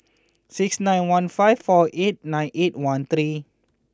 six nine one five four eight nine eight one three